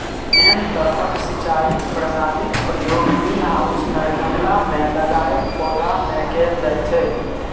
एहन तरहक सिंचाई प्रणालीक प्रयोग ग्रीनहाउस मे गमला मे लगाएल पौधा मे कैल जाइ छै